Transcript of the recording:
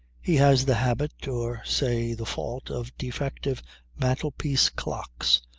he has the habit, or, say, the fault, of defective mantelpiece clocks,